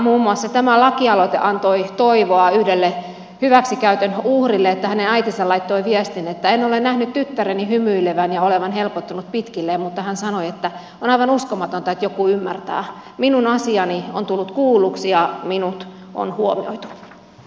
muun muassa tämä lakialoite antoi toivoa yhdelle hyväksikäytön uhrille ja hänen äitinsä laittoi viestin että en ole nähnyt tyttäreni hymyilevän ja olevan helpottunut pitkilleen mutta hän sanoi että on aivan uskomatonta että joku ymmärtää minun asiani on tullut kuulluksi ja minut on huomioitu